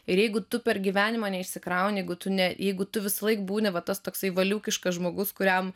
ir jeigu tu per gyvenimą neišsikrauni jeigu tu ne jeigu tu visąlaik būni va tas toksai valiūkiškas žmogus kuriam